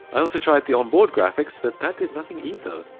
i also tried the onboard graphics but that did nothing either.